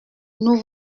nous